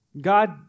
God